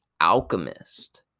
alchemist